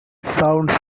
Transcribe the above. sounds